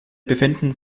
befinden